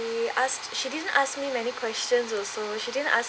we asked she didn't ask me many questions also she didn't ask